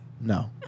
no